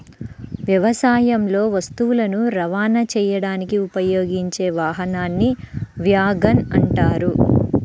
వ్యవసాయంలో వస్తువులను రవాణా చేయడానికి ఉపయోగించే వాహనాన్ని వ్యాగన్ అంటారు